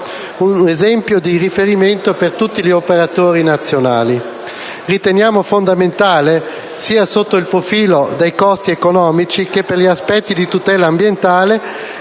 un esempio di riferimento per tutti gli operatori nazionali. Riteniamo fondamentale, sia sotto il profilo dei costi economici che per gli aspetti di tutela ambientale,